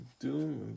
Doom